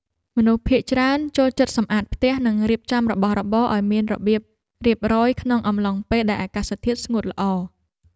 មនុស្សភាគច្រើនចូលចិត្តសម្អាតផ្ទះ និងរៀបចំរបស់របរឱ្យមានរបៀបរៀបរយក្នុងអំឡុងពេលដែលអាកាសធាតុស្ងួតល្អ។